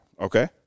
Okay